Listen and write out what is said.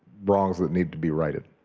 wrongs that need to be righted.